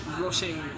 rushing